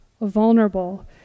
vulnerable